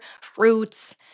fruits